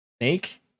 Make